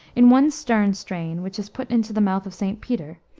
in one stern strain, which is put into the mouth of st. peter,